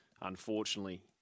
unfortunately